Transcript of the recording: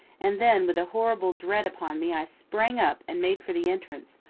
and then with a horrible dread upon me i sprang up and made for the entrance,